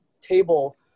table